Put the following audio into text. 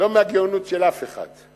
ולא מהגאונות של אף אחד,